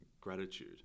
gratitude